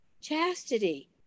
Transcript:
Chastity